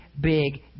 big